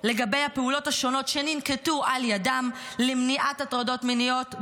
לגבי הפעולות השונות שננקטו על ידם למניעת הטרדות מיניות,